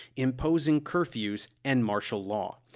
imposing curfews and martial law.